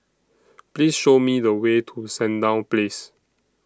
Please Show Me The Way to Sandown Place